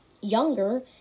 younger